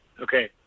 Okay